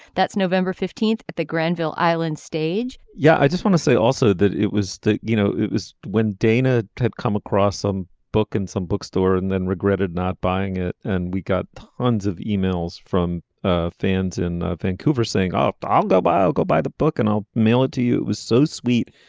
that's november fifteenth at the granville island stage yeah i just want to say also that it was you know it was when dana had come across some book in some bookstore and then regretted not buying it. and we got tons of emails from ah fans in vancouver saying oh i'll go buy i'll go buy the book and i'll mail it to you. it was so sweet.